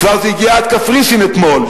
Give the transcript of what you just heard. זה כבר הגיע עד קפריסין אתמול,